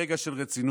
ברגע של רצינות,